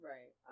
Right